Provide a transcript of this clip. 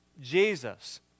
Jesus